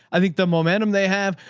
i think the momentum they have,